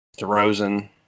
DeRozan